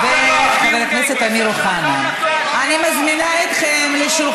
ואנחנו, כמובן, גברתי, אני אשמח אם יהיה סדר